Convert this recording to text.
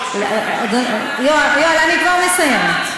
אדוני היושב-ראש, יואל, אני כבר מסיימת.